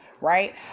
right